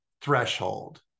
threshold